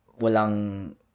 walang